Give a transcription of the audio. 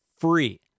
free